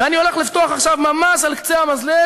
ואני הולך לפתוח עכשיו, ממש על קצה המזלג,